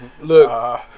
Look